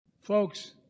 Folks